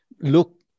look